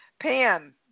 Pam